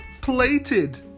plated